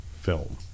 film